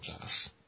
glass